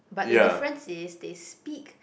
but the difference is they speak